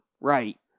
Right